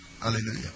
Hallelujah